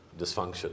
dysfunction